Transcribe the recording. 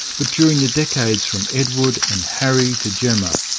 but during the decades from edward and harry to gemma,